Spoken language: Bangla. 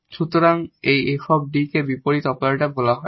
সুতরাং এই 𝑓 𝐷 কে বিপরীত অপারেটর বলা হয়